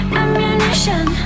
ammunition